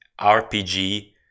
rpg